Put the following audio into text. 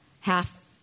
half